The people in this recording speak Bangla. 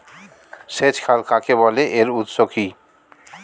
সেচ খাল কাকে বলে এর উৎস কি?